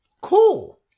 Cool